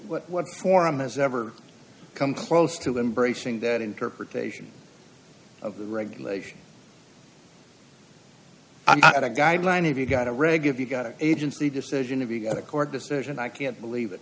what what forum has ever come close to embracing that interpretation of the regulation i got a guideline if you got a reg of you got an agency decision if you got a court decision i can't believe it